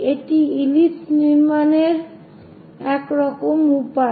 এটি ইলিপস টি নির্মাণের একরকম উপায়